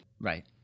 Right